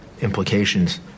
implications